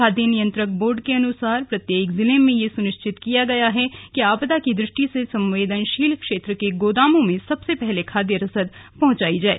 खाद्य नियंत्रक बोर्ड के अनुसार प्रत्येक जिले में ये सुनिश्चित किया गया है कि आपदा की दृष्टि से संवेदनशील क्षेत्र के गोदामों में सबसे पहले खाद्य रेसद पहंचाई जाए